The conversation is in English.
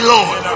Lord